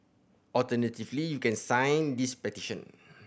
alternatively you can sign this petition